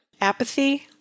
apathy